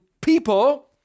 people